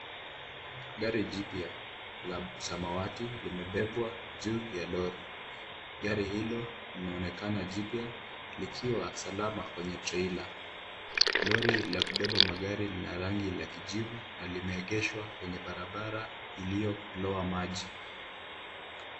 Gari jipya la samawati limebebwa juu ya lori. Gari hilo linaonekana jipya likiwa salama kwenye treila . Lori la kubeba magari la rangi la kijivu na limeegeshwa kwenye barabara iliyolowa maji.